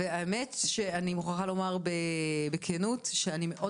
האמת שאני מוכרחה לומר בכנות שאני מאוד